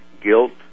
guilt